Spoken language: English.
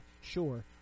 Sure